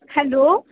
hello